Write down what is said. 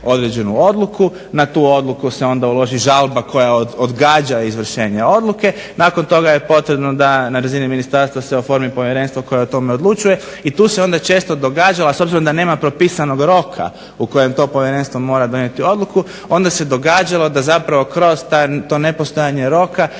određenu odluku, na tu odluku se onda uloži žalba koja odgađa izvršenje odluke, nakon toga je potrebno da se na razini ministarstva se oformi povjerenstvo koje o tome odlučuje i tu se onda često događalo s obzirom da nema propisanog roka u kojem to povjerenstvo mora donijeti odluku onda se događalo da zapravo kroz to nepostojanje roka